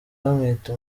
bamwita